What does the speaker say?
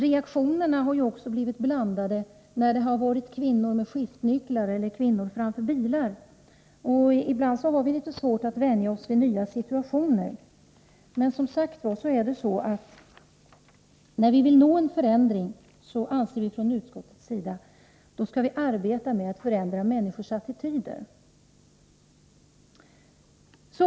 Reaktionerna har ju också blivit blandade inför kvinnor med skiftnycklar eller kvinnor framför bilar. Ibland har vi litet svårt att vänja oss vid nya situationer. Men från utskottets sida anser vi, som sagt, att när vi vill nå en förändring skall vi arbeta med att förändra människors attityder.